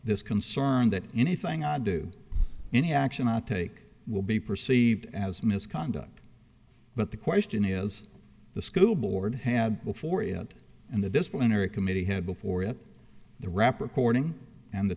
this concern that anything i do any action i take will be perceived as misconduct but the question is the school board had before it and the disciplinary committee had before it the rap recording and the